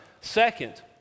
Second